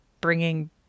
bringing